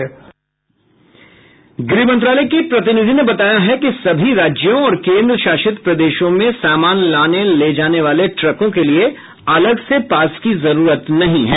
गृह मंत्रालय की प्रतिनिधि ने बताया है कि सभी राज्यों और केन्द्रशासित प्रदेशों में सामान लाने ले जाने वाले ट्रकों के लिए अलग से पास की जरूरत नहीं है